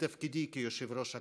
מתפקידי כיושב-ראש הכנסת.